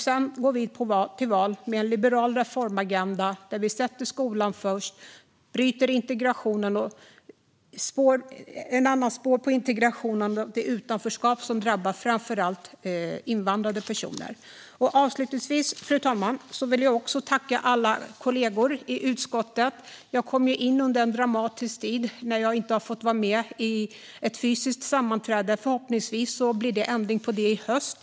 Sedan går vi till val på en liberal reformagenda där vi sätter skolan först och byter spår för integrationen så att det utanförskap som drabbar framför allt invandrade personer bryts. Avslutningsvis, fru talman, vill jag tacka alla kollegor i utskottet. Jag kom in under en dramatisk tid och har inte fått vara med om något fysiskt sammanträde, men förhoppningsvis blir det ändring på det i höst.